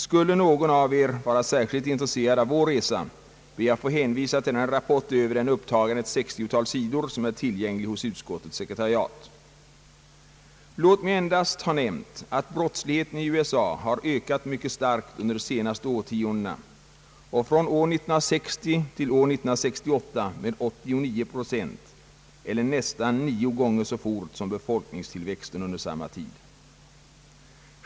Skulle någon vara särskilt intresserad av vår resa, ber jag att få hänvisa till den rapport över den, upptagande ett 60-tal sidor, som är tillgänglig hos utskottets sekretariat. Låt mig endast ha nämnt, att brottsligheten i USA har ökat mycket starkt under de senaste årtiondena och från år 1960 till år 1968 med 89 procent eller nästan nio gånger så fort som befolkningens tillväxt under samma tid.